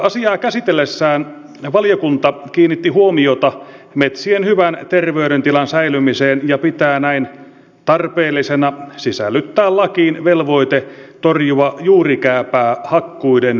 asiaa käsitellessään valiokunta kiinnitti huomiota metsien hyvän terveydentilan säilymiseen ja pitää näin tarpeellisena sisällyttää lakiin velvoite torjua juurikääpää hakkuiden yhteydessä